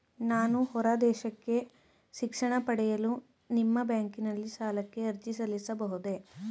ನಾನು ಹೊರದೇಶಕ್ಕೆ ಶಿಕ್ಷಣ ಪಡೆಯಲು ನಿಮ್ಮ ಬ್ಯಾಂಕಿನಲ್ಲಿ ಸಾಲಕ್ಕೆ ಅರ್ಜಿ ಸಲ್ಲಿಸಬಹುದೇ?